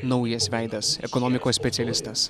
naujas veidas ekonomikos specialistas